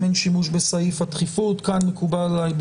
אם אין שימוש בסעיף הדחיפות: כאן מקובל עליי,